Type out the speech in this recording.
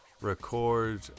record